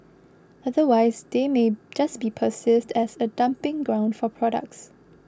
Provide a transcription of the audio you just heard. otherwise they may just be perceived as a dumping ground for products